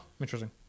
interesting